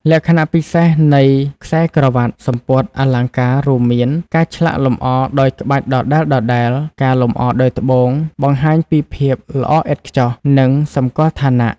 លក្ខណៈពិសេសនៃខ្សែក្រវាត់/សំពត់អលង្ការរួមមាន ការឆ្លាក់លម្អដោយក្បាច់ដដែលៗ ការលម្អដោយត្បូង បង្ហាញពីភាពល្អឥតខ្ចោះ និងសម្គាល់ឋានៈ។